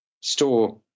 store